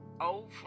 old